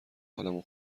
حالمو